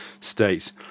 States